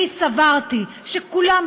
אני סברתי שכולם,